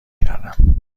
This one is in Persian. کردم